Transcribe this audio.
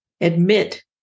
admit